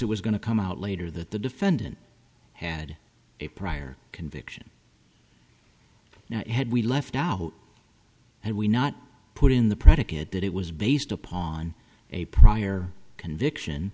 it was going to come out later that the defendant had a prior conviction had we left out had we not put in the predicate that it was based upon a prior conviction